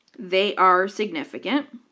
they are significant.